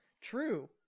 True